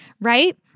right